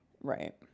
Right